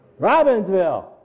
Robbinsville